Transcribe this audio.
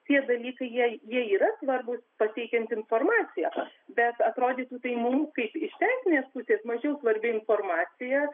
tie dalykai jie jie yra svarbus pateikiant informaciją tą bet atrodytų tai mum kaip iš teisinės pusės mažiau svarbi informacija